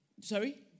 Sorry